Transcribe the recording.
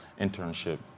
internship